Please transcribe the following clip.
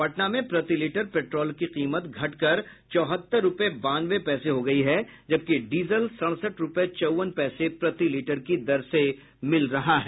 पटना में प्रति litre petrol की कीमत घटकर चौहत्तर रूपये बानवे पैसे हो गयी है जबकि डीजल सड़सठ रूपये चौवन पैसे प्रति लीटर की दर से मिल रहा है